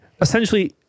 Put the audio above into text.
essentially